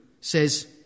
says